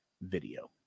video